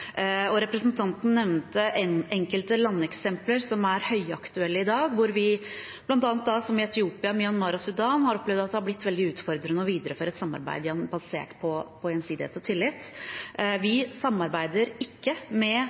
Representanten nevnte enkelte landeksempler som er høyaktuelle i dag, hvor vi bl.a. i Etiopia, Myanmar og Sudan har opplevd at det har blitt veldig utfordrende å videreføre et samarbeid basert på gjensidighet og tillit. Vi samarbeider ikke med